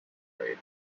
afraid